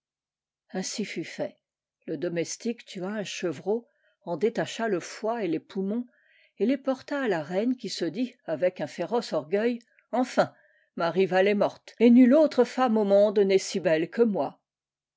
ainsi fut fait le domestique tua un chevreau en détacha le foie et les poumons et les porta à la reine qui se dit avec un féroce orgueil enfin ma rivale est morte etnuue autre femme au monde n'est si belle que moi